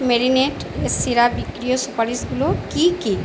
marinade সেরা বিক্রিয় সুপারিশগুলো কী কী